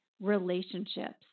relationships